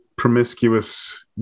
Promiscuous